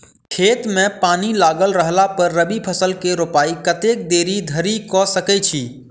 खेत मे पानि लागल रहला पर रबी फसल केँ रोपाइ कतेक देरी धरि कऽ सकै छी?